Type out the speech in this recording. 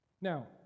Now